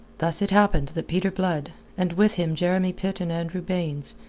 thus it happened that peter blood, and with him jeremy pitt and andrew baynes,